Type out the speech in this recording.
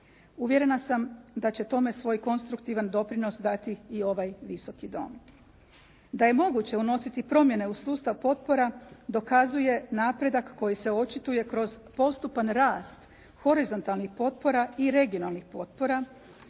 Uvjerena sam da će tome svoj konstruktivan doprinos dati i ovaj Visoki dom. Da je moguće unositi promjene u sustav potpora, dokazuje napredak koji se očituje kroz postupan rast horizontalnih potpora i regionalnih potpora,